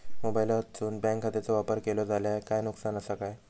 मोबाईलातसून बँक खात्याचो वापर केलो जाल्या काय नुकसान असा काय?